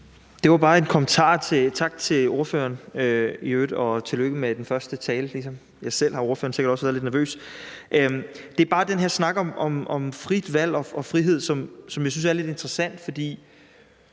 14:17 Frederik Vad (S): Tak til ordføreren – og i øvrigt tillykke med den første tale. Ligesom jeg selv har ordføreren sikkert også været lidt nervøs. Det er bare den her snak om frit valg og frihed, som jeg synes er lidt interessant, for